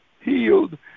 healed